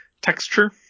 texture